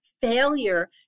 failure